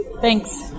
Thanks